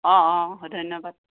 অ' অ' ধন্যবাদ